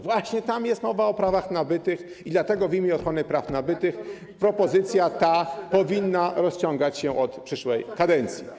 Właśnie tam jest mowa o prawach nabytych i dlatego w imię ochrony praw nabytych propozycja ta powinna być realizowana od przyszłej kadencji.